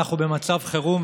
אנחנו במצב חירום,